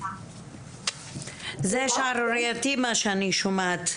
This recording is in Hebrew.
זה שערורייתי מה שאני שומעת.